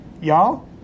y'all